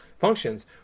functions